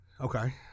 Okay